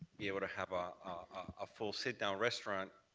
be able to have a ah full sit-down restaurant